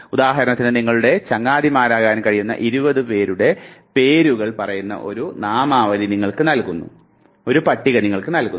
ഉദാഹരണത്തിന് നിങ്ങളുടെ ചങ്ങാതിമാരാകാൻ കഴിയുന്ന 20 പേരുടെ പേരുകൾ പറയുന്ന ഒരു നാമാവലി നിങ്ങൾക്ക് നൽകുന്നു